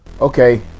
Okay